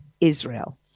Israel